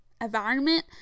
environment